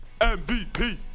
MVP